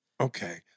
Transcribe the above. Okay